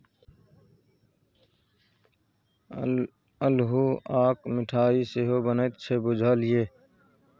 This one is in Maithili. अल्हुआक मिठाई सेहो बनैत छै बुझल ये?